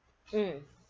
hmm